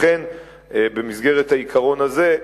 לכן במסגרת העיקרון הזה,